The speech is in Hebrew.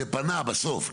זה פנה בסוף,